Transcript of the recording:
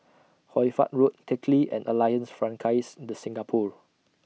Hoy Fatt Road Teck Lee and Alliance Francaise De Singapour